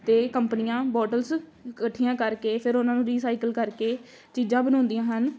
ਅਤੇ ਕੰਪਨੀਆਂ ਬੋਟਲਸ ਇਕੱਠੀਆਂ ਕਰਕੇ ਫਿਰ ਉਹਨਾਂ ਨੂੰ ਰੀਸਾਈਕਲ ਕਰਕੇ ਚੀਜ਼ਾਂ ਬਣਾਉਂਦੀਆਂ ਹਨ